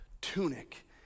Tunic